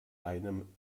einem